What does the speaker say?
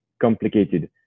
complicated